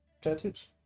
tattoos